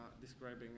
describing